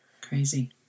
Crazy